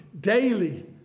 daily